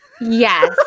yes